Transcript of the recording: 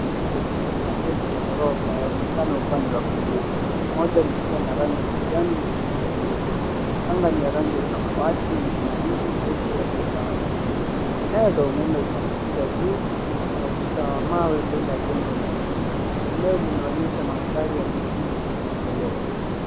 Majengo marefu ya ghorofa yaonekana upande wa kulia. Moja likiwa na rangi ya kijani na jingine jeupe. Anga ni ya rangi ya samawati yenye mawingu meupe yaliyotawanyika. Nyaya za umeme zinakatiza juu na kuna ukuta wa mawe mbele ya jengo la chini. Eneo linaonyesha madhari ya mijini yenye maendeleo.